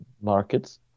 markets